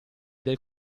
del